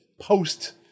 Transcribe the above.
post